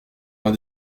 l’un